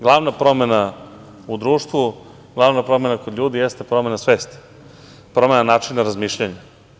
Glavna promena u društvu, glavna promena kod ljudi, jeste promena svesti, promena načina razmišljanja.